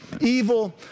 evil